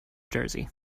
jersey